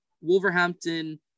Wolverhampton